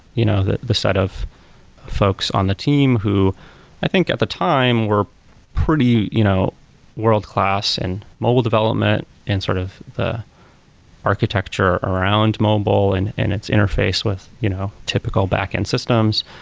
you know the the set of folks on the team who i think at the time were pretty you know world-class and mobile development and sort of the architecture around mobile and and its interface with you know typical backend systems.